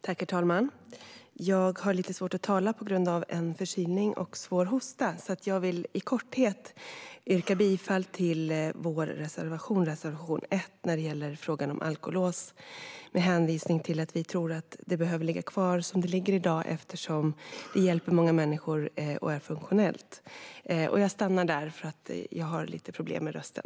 Herr talman! Jag har lite svårt att tala på grund av förkylning och svår hosta. Jag vill därför bara i korthet yrka bifall till vår reservation nr 1, som gäller frågan om alkolås. Vi tror att det behöver ligga kvar som det ligger i dag, eftersom det hjälper många människor och är funktionellt. Jag stannar där, eftersom jag har lite problem med rösten.